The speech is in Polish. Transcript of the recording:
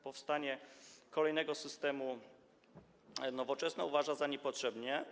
Powstanie kolejnego systemu Nowoczesna uważa za niepotrzebne.